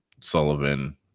Sullivan